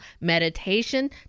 meditation